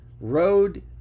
road